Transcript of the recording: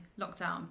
lockdown